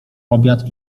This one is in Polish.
obiad